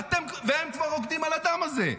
והם כבר רוקדים על הדם הזה.